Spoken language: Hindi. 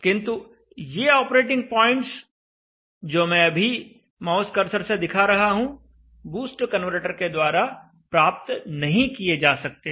किंतु ये ऑपरेटिंग पॉइंट्स जो मैं अभी माउस कर्सर से दिखा रहा हूं बूस्ट कन्वर्टर के द्वारा प्राप्त नहीं किए जा सकते